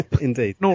Indeed